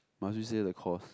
must you say the course